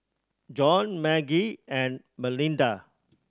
Jon Margie and Melinda